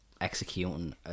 executing